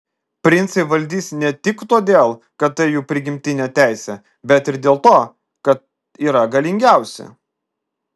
princai valdys ne tik todėl kad tai jų prigimtinė teisė bet ir dėl to kad yra galingiausi